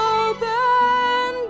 open